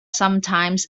sometimes